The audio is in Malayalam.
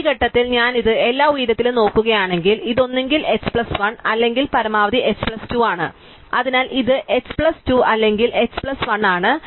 അതിനാൽ ഈ ഘട്ടത്തിൽ ഞാൻ ഇത് എല്ലാ ഉയരത്തിലും നോക്കുകയാണെങ്കിൽ ഇത് ഒന്നുകിൽ h പ്ലസ് 1 അല്ലെങ്കിൽ പരമാവധി h പ്ലസ് 2 ആണ് അതിനാൽ ഇത് h പ്ലസ് 2 അല്ലെങ്കിൽ h പ്ലസ് 1 ആണ്